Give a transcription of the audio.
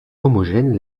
homogène